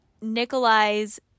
Nikolai's